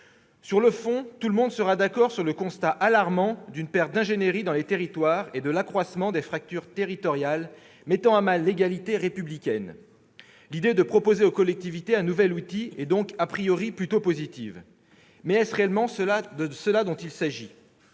Sur le fond, tout le monde sera d'accord sur le constat alarmant d'une perte d'ingénierie dans les territoires et d'un accroissement des fractures territoriales mettant à mal l'égalité républicaine. L'idée de proposer aux collectivités un nouvel outil est donc plutôt positive. Mais est-ce réellement de cela qu'il s'agit ?